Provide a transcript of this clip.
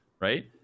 right